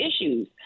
issues